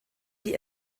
die